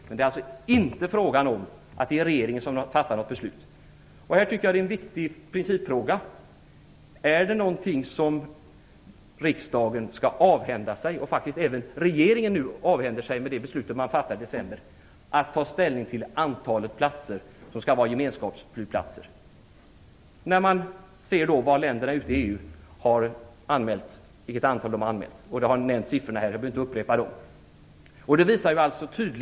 Det är alltså inte fråga om att det är regeringen som fattar något beslut. Det här tycker jag är en viktig principfråga. Skall riksdagen avhända sig möjligheten att ta ställning till antalet platser som skall vara gemenskapsflygplatser, vilket regeringen faktiskt har gjort med det beslut man fattade i december, när man ser vilket antal länderna ute i EU har anmält? Siffrorna har nämnts här, så jag behöver inte upprepa dem.